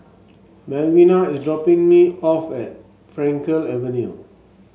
Melvina is dropping me off at Frankel Avenue